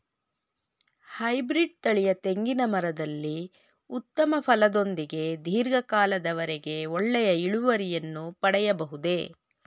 Hybrid ತಳಿಯ ತೆಂಗಿನ ಮರದಲ್ಲಿ ಉತ್ತಮ ಫಲದೊಂದಿಗೆ ಧೀರ್ಘ ಕಾಲದ ವರೆಗೆ ಒಳ್ಳೆಯ ಇಳುವರಿಯನ್ನು ಪಡೆಯಬಹುದೇ?